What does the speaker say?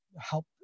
help